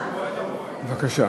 בבקשה.